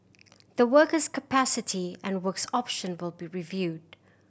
the worker's capacity and works option will be reviewed